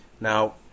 Now